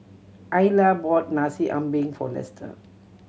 Isla bought Nasi Ambeng for Lester